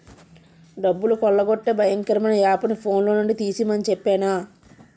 డబ్బులు కొల్లగొట్టే భయంకరమైన యాపుని ఫోన్లో నుండి తీసిమని చెప్పేనా